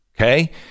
Okay